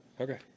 Okay